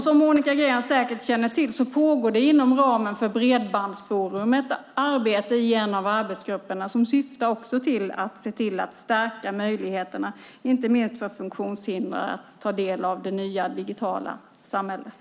Som Monica Green säkert känner till pågår det inom ramen för Bredbandsforum ett arbete i en av arbetsgrupperna som syftar till att stärka möjligheterna, inte minst för funktionshindrade, att ta del av det nya digitala samhället.